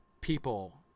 people